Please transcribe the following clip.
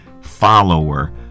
follower